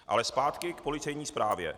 Ale zpátky k policejní zprávě.